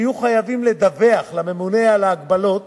שיהיו חייבים לדווח לממונה על ההגבלות